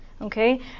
Okay